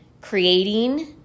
creating